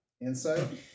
Insight